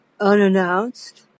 Unannounced